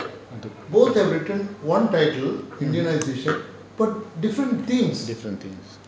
different themes